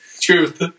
Truth